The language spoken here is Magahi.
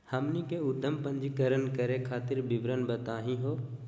हमनी के उद्यम पंजीकरण करे खातीर विवरण बताही हो?